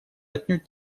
отнюдь